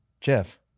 jeff